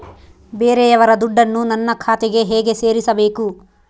ಬೇರೆಯವರ ದುಡ್ಡನ್ನು ನನ್ನ ಖಾತೆಗೆ ಹೇಗೆ ಸೇರಿಸಬೇಕು?